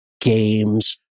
games